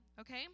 okay